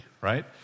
right